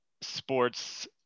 sports